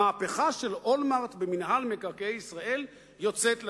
המהפכה של אולמרט במינהל מקרקעי ישראל יוצאת לדרך,